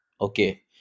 Okay